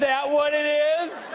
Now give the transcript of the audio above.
yeah what it is?